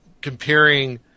comparing